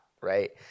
right